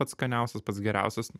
pats skaniausias pats geriausias